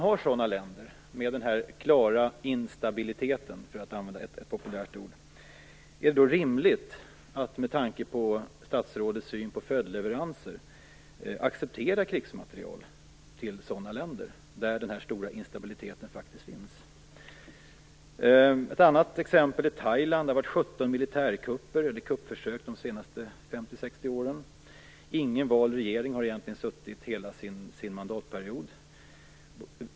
Är det med tanke på statsrådets syn på följdleveranser rimligt att acceptera export av krigsmateriel till länder med en sådan klar instabilitet, för att använda ett populärt begrepp? Ett annat exempel är Thailand. Där har det varit 50-60 åren. Ingen vald regering har egentligen suttit kvar under hela sin mandatperiod.